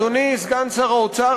אדוני סגן שר האוצר,